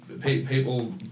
people